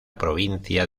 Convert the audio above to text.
provincia